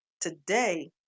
Today